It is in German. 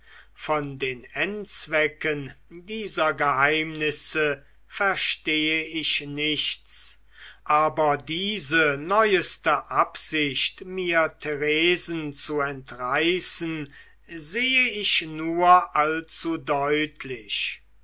von den endzwecken dieser geheimnisse verstehe ich nichts aber diese neueste absicht mir theresen zu entreißen sehe ich nur allzu deutlich